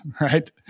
Right